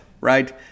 right